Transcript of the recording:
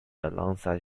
alongside